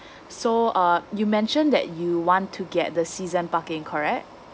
so uh you mention that you want to get the season parking correct